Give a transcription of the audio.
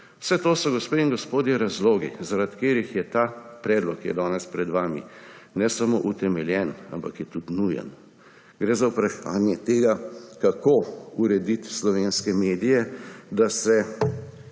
Vse to so, gospe in gospodje, razlogi, zaradi katerih je ta predlog, ki je danes pred vami, ne samo utemeljen, ampak tudi nujen. Gre za vprašanje tega, kako urediti slovenske medije, da se